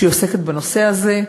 שעוסקת בנושא הזה,